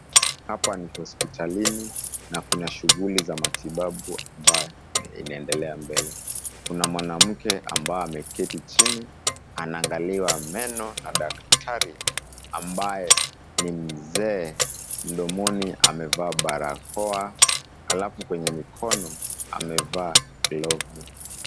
Hapa ni hospitalini na Kuna shughuli za matibabu ambayo inaendelea mbele, Kuna mwanamke ambaye ameketi chini anaangaliwa meno na daktari ambaye ni mzee, mdomoni amevaa barakoa alafu kwenye mikono amevaa glovu